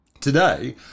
today